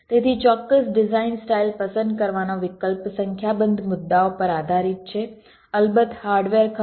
તેથી ચોક્કસ design style પસંદ કરવાનો વિકલ્પ સંખ્યાબંધ મુદ્દાઓ પર આધારિત છે અલબત્ત હાર્ડવેર ખર્ચ